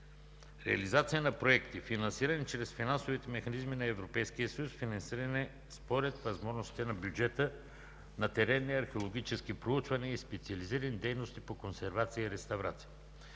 реализация на проекти, финансирани чрез финансовите механизми на Европейския съюз, финансиране според възможностите на бюджета на теренни археологически проучвания и специализирани дейности по консервация и реставрация.